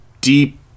deep